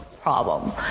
problem